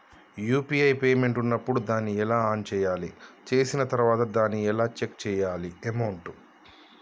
UPI payment ఉన్నప్పుడు దాన్ని ఎలా ఆన్ చేయాలి? చేసిన తర్వాత దాన్ని ఎలా చెక్ చేయాలి అమౌంట్?